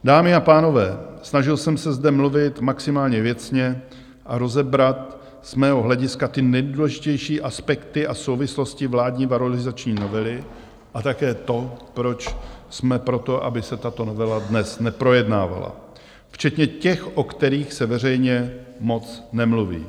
Dámy a pánové, snažil jsem se zde mluvit maximálně věcně a rozebrat z mého hlediska ty nejdůležitější aspekty a souvislosti vládní valorizační novely a také to, proč jsme pro to, aby se tato novela dnes neprojednávala, včetně těch, o kterých se veřejně moc nemluví.